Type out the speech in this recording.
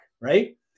right